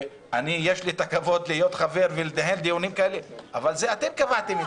ויש לי את הכבוד ולנהל דיונים כאלה אבל אתם קבעתם את זה.